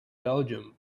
belgium